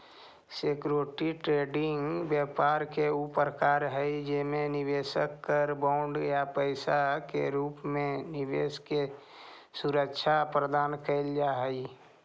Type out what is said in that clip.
security trading व्यापार के ऊ प्रकार हई जेमे निवेशक कर बॉन्ड या पैसा के रूप में निवेश के सुरक्षा प्रदान कैल जा हइ